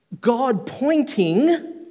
God-pointing